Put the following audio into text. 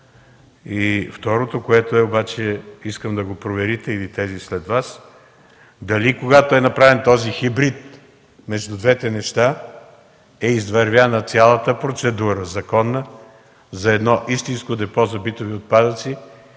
Второто обаче искам да го проверите, или тези след Вас – дали когато е направен този хибрид между двете неща, е извървяна цялата законна процедура за едно истинско депо за битови отпадъци,